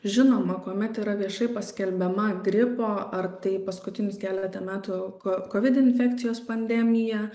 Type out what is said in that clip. žinoma kuomet yra viešai paskelbiama gripo ar tai paskutinius keletą metų ko kovid infekcijos pandemija